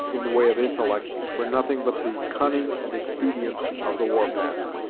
in the way of intellect, for nothing but the cunning and expedients of the war path.